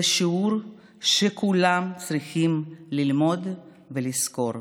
זה שיעור שכולם צריכים ללמוד ולזכור.